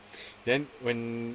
then when